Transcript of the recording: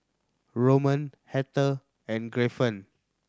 Roman Heather and Griffin